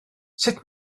sut